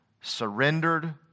surrendered